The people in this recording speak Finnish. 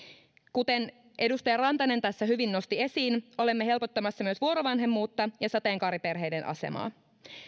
kuten edustaja rantanen tässä hyvin nosti esiin olemme helpottamassa myös vuorovanhemmuutta ja sateenkaariperheiden asemaa